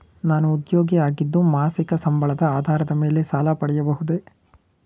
ನಾನು ಉದ್ಯೋಗಿ ಆಗಿದ್ದು ಮಾಸಿಕ ಸಂಬಳದ ಆಧಾರದ ಮೇಲೆ ಸಾಲ ಪಡೆಯಬಹುದೇ?